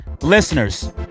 Listeners